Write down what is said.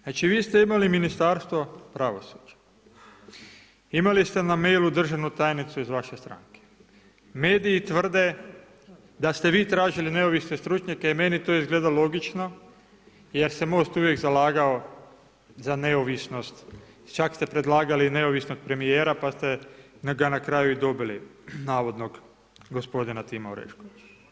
Znači vi ste imali Ministarstvo pravosuđa, imali ste na mailu državnu tajnicu iz vaše stranke, mediji tvrde, da ste vi tražili neovisne stručnjake, jer meni to izgleda logično jer se Most uvijek zalagao za neovisnost, čak ste predlagali i neovisnog premjera, pa ste ga na kraju i dobili, navodnog gospodina Tima Oreškovića.